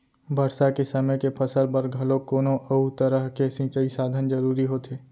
बरसा के समे के फसल बर घलोक कोनो अउ तरह के सिंचई साधन जरूरी होथे